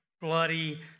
bloody